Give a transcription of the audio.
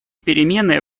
перемены